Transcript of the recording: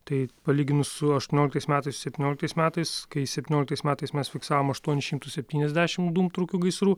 tai palyginus su aštuonioliktais metais septynioliktais metais kai septynioliktais metais mes fiksavom aštuonis šimtus septyniasdešim dūmtraukių gaisrų